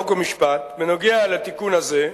חוק ומשפט בנוגע לתיקון הזה,